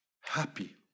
happy